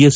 S